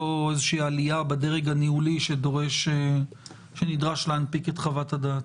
איזושהי עלייה בדרג הניהולי שנדרש להנפיק את חוות הדעת.